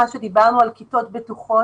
דיברנו על כיתות בטוחות,